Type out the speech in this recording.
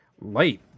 light